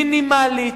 מינימלית,